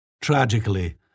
Tragically